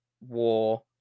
war